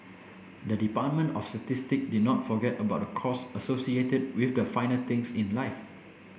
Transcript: the Department of Statistic did not forget about the costs associated with the finer things in life